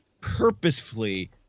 purposefully